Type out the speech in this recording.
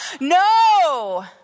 no